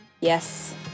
yes